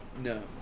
No